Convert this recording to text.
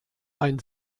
ein